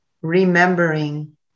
Remembering